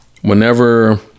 Whenever